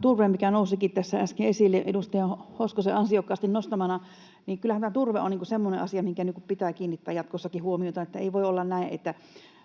turve, mikä nousikin tässä äsken esille edustaja Hoskosen ansiokkaasti nostamana, kyllähän turve on semmoinen asia, mihinkä pitää kiinnittää jatkossakin huomiota. Ei voi olla näin, että